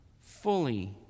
fully